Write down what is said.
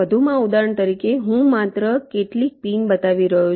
વધુમાં ઉદાહરણ તરીકે હું માત્ર માટે કેટલીક પિન બતાવી રહ્યો છું